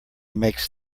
makes